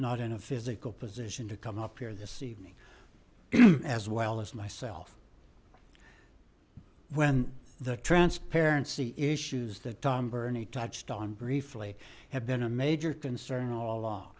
physical position to come up here this evening as well as myself when the transparency issues that dom bernie touched on briefly have been a major concern all